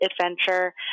adventure